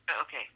Okay